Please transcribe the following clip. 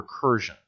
recursion